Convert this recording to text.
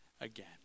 again